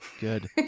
good